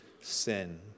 sin